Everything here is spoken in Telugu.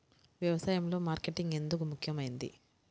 వ్యసాయంలో మార్కెటింగ్ ఎందుకు ముఖ్యమైనది?